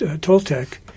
Toltec